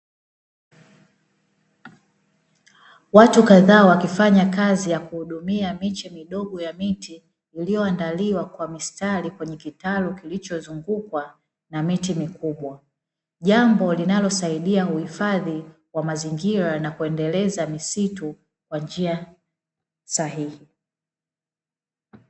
Watu kadhaa wakifanya kazi ya kuhudumia miche midogo ya miti iliyoandaliwa kwa mistari kwenye kitalu kilichozungukwa na miti mikubwa, jambo linalosaidia uhifadhi wa mazingira na kuendeleza msitu kwa njia sahihi.